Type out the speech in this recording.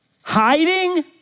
hiding